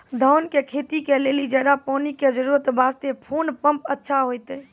धान के खेती के लेली ज्यादा पानी के जरूरत वास्ते कोंन पम्प अच्छा होइते?